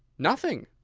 nothing,